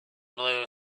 blue